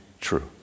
true